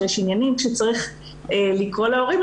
שכאשר צריך לקרוא להורים,